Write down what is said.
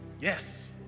Yes